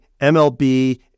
MLB